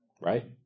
right